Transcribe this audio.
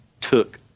took